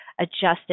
adjusted